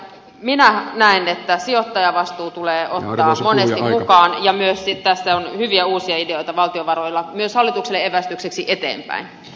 elikkä minä näen että sijoittajavastuu tulee ottaa monesti mukaan ja sitten tässä on hyviä uusia ideoita valtiovaroilla myös hallitukselle evästykseksi eteenpäin